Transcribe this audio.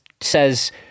says